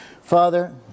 Father